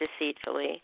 deceitfully